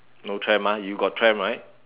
no tram ah you got tram right